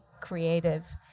creative